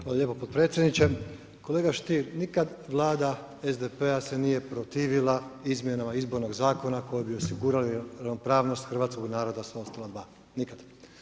Hvala lijepo podpredsjedniče, kolega Stier nikad vlada SDP-a se nije protivila izmjenama izbornog zakona koja bi osigurala ravnopravnost hrvatskog naroda s ostala dva, nikada.